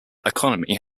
economy